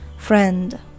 Friend